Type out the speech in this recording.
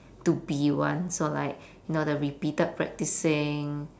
to be one so like you know the repeated practicing